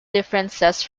differences